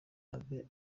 abe